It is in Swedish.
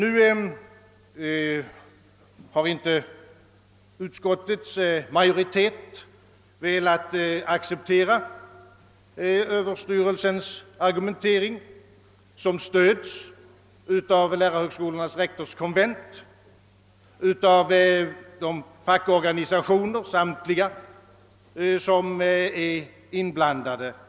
Utskottets majoritet har emellertid inte velat acceptera överstyrelsens argumentering, som stöds av lärarhögskolornas rektorskonvent och av samtliga berörda fackorganisationer.